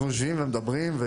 אנחנו יושבים ומדברים.